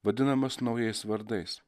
vadinamas naujais vardais